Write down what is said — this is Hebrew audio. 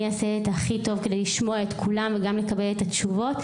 אני אעשה הכי טוב כדי לשמוע את כולם וגם לקבל את התשובות,